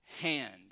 hand